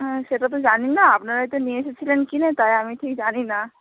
হ্যাঁ সেটা তো জানি না আপনারাই তো নিয়ে এসেছিলেন কিনে তাই আমি ঠিক জানি না